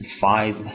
five